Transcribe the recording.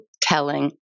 telling